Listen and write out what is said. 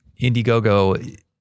indiegogo